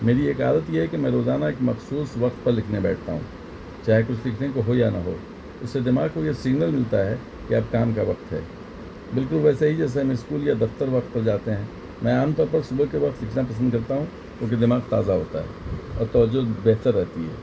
میری ایک عادت یہ ہے کہ میں روزانہ ایک مخصوص وقت پر لکھنے بیٹھتا ہوں چاہے کچھ لکھنے کو ہو یا نہ ہو اس سے دماغ کو یہ سنگنل ملتا ہے کہ اب کام کا وقت ہے بالکل ویسے ہی جیسے ہم اسکول یا دفتر وقت پر جاتے ہیں میں عام طور پر صبح کے وقت لکھنا پسند کرتا ہوں کیونکہ دماغ تازہ ہوتا ہے اور توجہ بہتر رہتی ہے